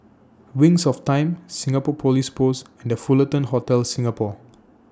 Wings of Time Singapore Police Force and The Fullerton Hotel Singapore